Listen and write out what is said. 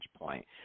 point